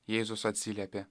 jėzus atsiliepė